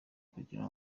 kugira